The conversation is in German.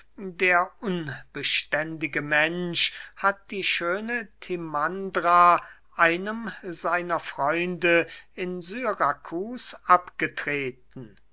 der unbeständige mensch hat die schöne timandra einem seiner freunde in syrakus abgetreten